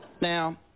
Now